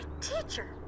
teacher